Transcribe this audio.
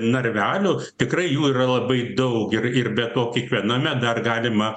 narvelių tikrai jų yra labai daug ir ir be to kiekviename dar galima